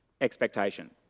expectation